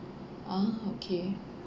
ah okay